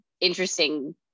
interesting